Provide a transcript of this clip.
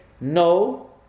No